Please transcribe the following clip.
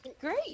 Great